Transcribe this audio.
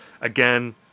again